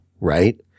Right